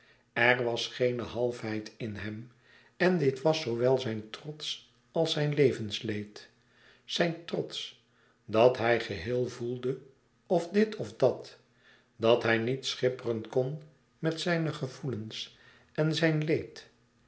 er was geene halfheid in hem en dit was zoowel zijn trots als zijn levensleed zijn trots dat hij geheel louis couperus extaze een boek van geluk voelde of dit of dat dat hij niet schipperen kon met zijne gevoelens en zijn leed